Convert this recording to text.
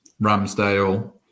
Ramsdale